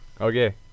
Okay